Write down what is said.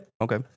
Okay